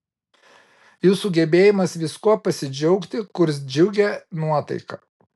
jūsų gebėjimas viskuo pasidžiaugti kurs džiugią nuotaiką